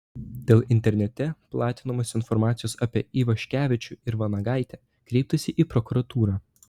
dėl internete platinamos informacijos apie ivaškevičių ir vanagaitę kreiptasi į prokuratūrą